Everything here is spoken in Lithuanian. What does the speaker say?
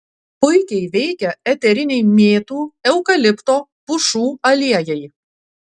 puikiai veikia eteriniai mėtų eukalipto pušų aliejai